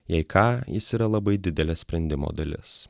jei ką jis yra labai didelė sprendimo dalis